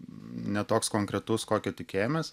ne toks konkretus kokio tikėjomės